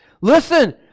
Listen